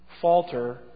falter